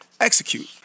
execute